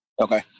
Okay